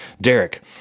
Derek